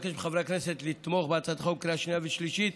ולבקש מחברי הכנסת לתמוך בהצעת חוק בקריאה שנייה ושלישית.